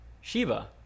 Shiva